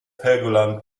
helgoland